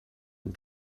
and